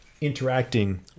interacting